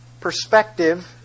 perspective